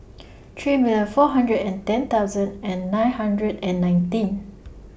three million four hundred ten thousand and nine hundred and nineteen